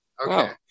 Okay